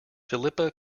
philippa